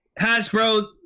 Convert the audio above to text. Hasbro